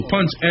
Punch